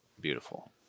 beautiful